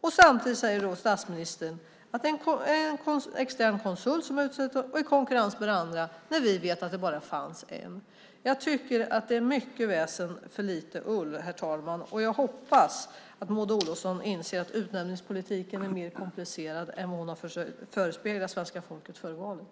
Och samtidigt säger alltså statsministern att det var en extern konsult och att det var i konkurrens från andra - när vi vet att det bara fanns en. Jag tycker att det är mycket väsen för lite ull, herr talman, och jag hoppas att Maud Olofsson inser att utnämningspolitiken är mer komplicerad än vad hon har förespeglat svenska folket före valet.